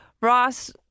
Ross